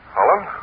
Holland